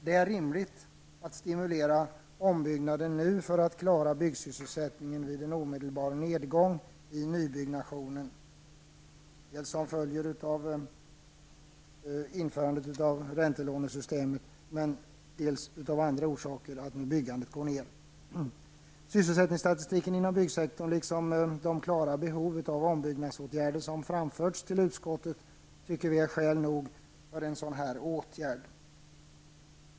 Det är rimligt att stimulera ombyggnaden nu för att klara byggsysselsättningen vid en omedelbar nedgång i nybyggnationen, dels som en följd av räntelånesystemet, dels av andra orsaker. Sysselsättningsstatistiken inom byggsektorn liksom de klara behov av ombyggnadsåtgärder som framförts till utskottet tycker vi är skäl nog för en sådan här åtgärd.